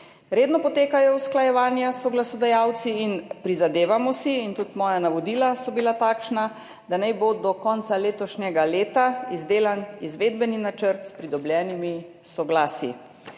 Redno potekajo usklajevanja s soglasodajalci in prizadevamo si, tudi moja navodila so bila takšna, da naj bo do konca letošnjega leta izdelan izvedbeni načrt s pridobljenimi soglasji.